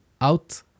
out